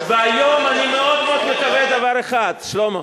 היום אני מאוד מקווה דבר אחד, שלמה,